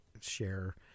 share